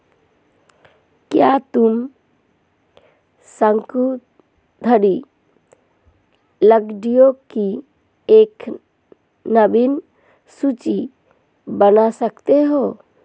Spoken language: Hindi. क्या तुम शंकुधारी लकड़ियों की एक नवीन सूची बना सकते हो?